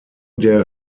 der